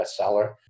bestseller